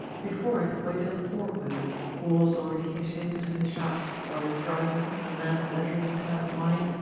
before it waited a four-wheeler, horse already hitched in between the shafts, while its driver, a man of leisurely turn of mind,